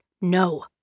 No